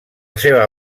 seva